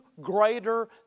greater